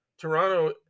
Toronto